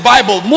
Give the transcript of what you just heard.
Bible